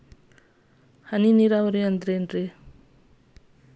ಹನಿ ನೇರಾವರಿ ಅಂದ್ರ ಏನ್?